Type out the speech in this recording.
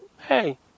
hey